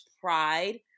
pride